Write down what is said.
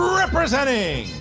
representing